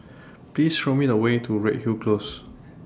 Please Show Me The Way to Redhill Close